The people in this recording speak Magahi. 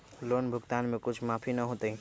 लोन भुगतान में कुछ माफी न होतई?